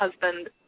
husband